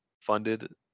funded